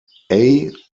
steht